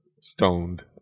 stoned